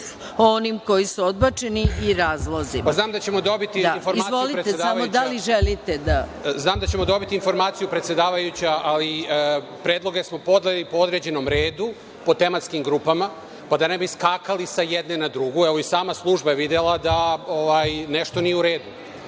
onim koji su odbačeni i razlozi. **Saša Radulović** Znam da ćemo dobiti informaciju predsedavajuća, ali predloge smo podneli po određenom redu, po tematskim grupama, pa da ne bi skakali sa jedne na drugu, evo i sama služba je videla da nešto nije u redu.